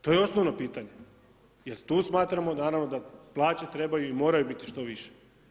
To je osnovno pitanje jer tu smatramo naravno da plaće trebaju i moraju biti što više.